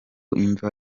imva